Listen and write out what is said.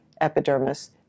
epidermis